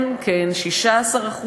כן כן, 16%,